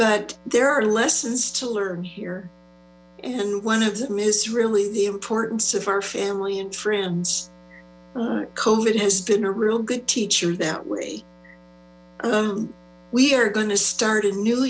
but there are lessons to learn here and one of them is really the importance of our family and friends cohen has been a real good teacher that way we are going to strt a new